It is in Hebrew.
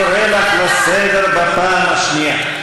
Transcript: אני קורא אותך לסדר בפעם השנייה.